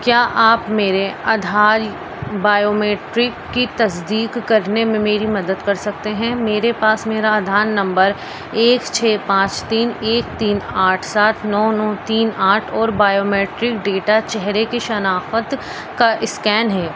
کیا آپ میرے آدھال بائیو میٹرک کی تصدیک کرنے میں میری مدد کر سکتے ہیں میرے پاس میرا آدھار نمبر ایک چھ پانچ تین ایک تین آٹھ سات نو نو تین آٹھ اور بائیو میٹرک ڈیٹا چہرے کی شناخت کا اسکین ہے